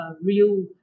real